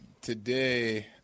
Today